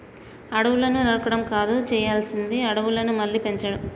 అడవులను నరకడం కాదు చేయాల్సింది అడవులను మళ్ళీ పెంచడం